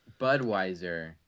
Budweiser